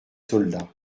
soldats